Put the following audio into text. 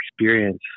experience